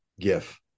gif